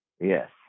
Yes